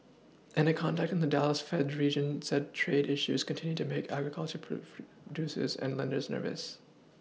and a contact in the Dallas fed's region said trade issues continue to make agricultural proof producers and lenders nervous